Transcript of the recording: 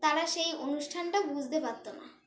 তারা সেই অনুষ্ঠানটা বুঝতে পারত না